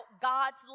God's